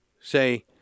say